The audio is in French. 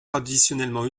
traditionnellement